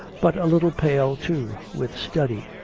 but a little pale, too, with study,